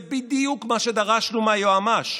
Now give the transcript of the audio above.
זה בדיוק מה שדרשנו מהיועמ"ש,